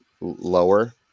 lower